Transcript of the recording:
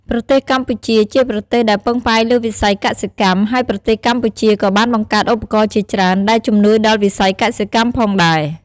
ប្រទេសកម្ពុជា ជាប្រទេសដែលពឹងផ្អែកលើវិស័យកសិកម្ម ហើយប្រទេសកម្ពុជាក៏បានបង្កើតឧបករណ៍ជាច្រើនដែលជំនួយដល់វិស័យកសិកម្មផងដែរ។